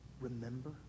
remember